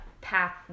path